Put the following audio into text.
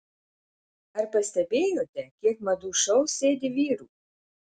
ar pastebėjote kiek madų šou sėdi vyrų